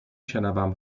شنوم